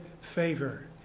favor